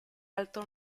alto